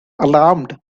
alarmed